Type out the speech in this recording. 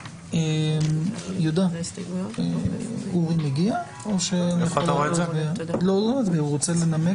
הממשלה, ואני רוצה להסביר